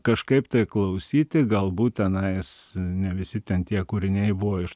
kažkaip tai klausyti galbūt tenais ne visi ten tie kūriniai buvo iš